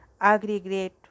aggregate